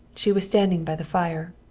she was standing by the fire.